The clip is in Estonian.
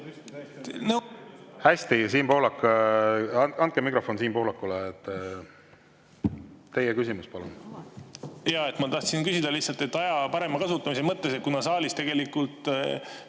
Hästi, Siim Pohlak. Andke mikrofon Siim Pohlakule. Teie küsimus, palun! Ma tahtsin küsida lihtsalt aja parema kasutamise mõttes, et kuna saalis tegelikult